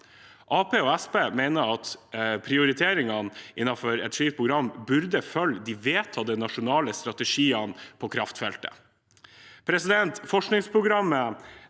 mener at prioriteringene innenfor et slikt program bør følge de vedtatte nasjonale strategiene for kraftfeltet. Forskningsprogrammet